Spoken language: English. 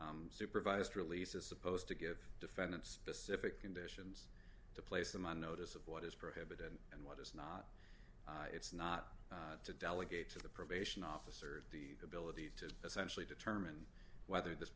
supervised release is supposed to give defendants specific conditions to place them on notice of what is prohibited what is not it's not to delegate to the probation officer the ability to essentially determine whether this